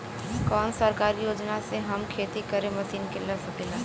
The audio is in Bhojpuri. कौन सरकारी योजना से हम खेती खातिर मशीन ले सकत बानी?